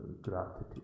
gratitude